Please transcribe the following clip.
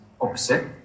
opposite